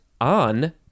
on